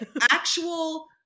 actual